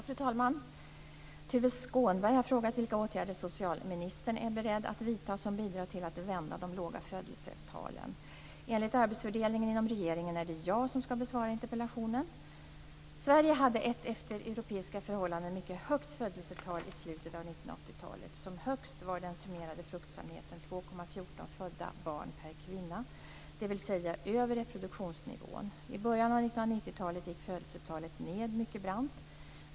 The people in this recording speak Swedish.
Fru talman! Tuve Skånberg har frågat vilka åtgärder socialministern är beredd att vidta som bidrar till att vända de låga födelsetalen. Enligt arbetsfördelningen inom regeringen är det jag som skall besvara interpellationen. Sverige hade ett efter europeiska förhållanden mycket högt födelsetal i slutet av 1980-talet. Som högst var den summerade fruktsamheten 2,14 födda barn per kvinna, dvs. över reproduktionsnivån. I början av 1990-talet gick födelsetalet ned mycket brant.